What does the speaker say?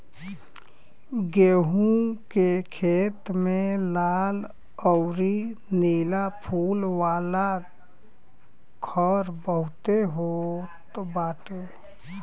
गेंहू के खेत में लाल अउरी नीला फूल वाला खर बहुते होत बाटे